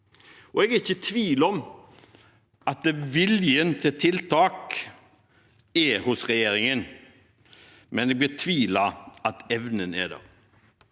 Jeg er ikke i tvil om viljen til tiltak hos regjeringen, men jeg betviler at evnen er der.